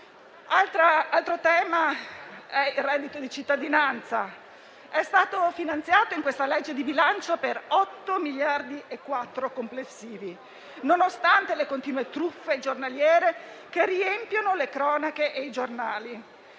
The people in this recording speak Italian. Altro tema è il reddito di cittadinanza, che è stato finanziato in questa legge di bilancio per 8,4 miliardi complessivi, nonostante le continue truffe giornaliere che riempiono le cronache.